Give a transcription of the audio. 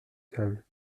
table